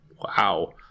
Wow